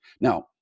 Now